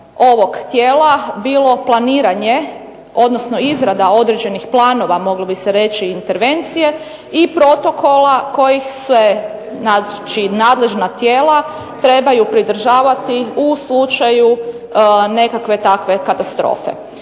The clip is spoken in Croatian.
ovog tijela bilo planiranje, odnosno izrada određenih planova, moglo bi se reći i intervencije, i protokola kojih se, znači nadležna tijela trebaju pridržavati u slučaju nekakve takve katastrofe.